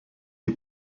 est